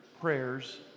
prayers